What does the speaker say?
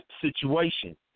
situation